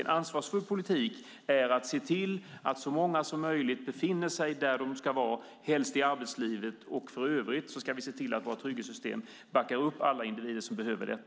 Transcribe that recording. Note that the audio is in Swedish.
En ansvarsfull politik är att se till att så många som möjligt befinner sig där de ska vara och helst i arbetslivet. För övrigt ska vi se till att våra trygghetssystem backar upp alla individer som behöver det.